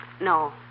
No